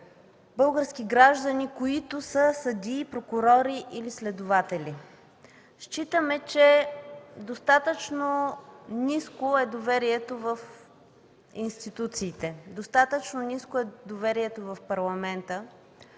български граждани, които са съдии, прокурори или следователи. Считаме, че достатъчно ниско е доверието в институциите, достатъчно ниско е доверието в Парламента